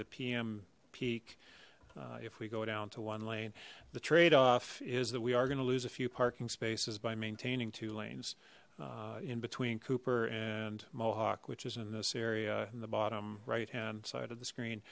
the pm peak if we go down to one lane the trade off is that we are going to lose a few parking spaces by maintaining two lanes in between cooper and mohawk which is in this area in the bottom right hand side of the